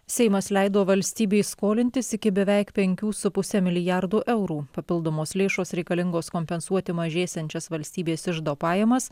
seimas leido valstybei skolintis iki beveik penkių su puse milijardų eurų papildomos lėšos reikalingos kompensuoti mažėsiančias valstybės iždo pajamas